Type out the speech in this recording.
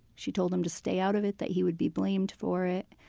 she told him to stay out of it. that he would be blamed for it.